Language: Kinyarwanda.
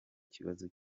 kibazo